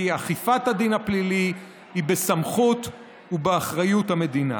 אכיפת הדין הפלילי היא בסמכות ובאחריות המדינה.